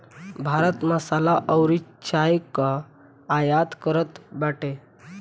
भारत मसाला अउरी चाय कअ आयत करत बाटे